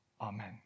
Amen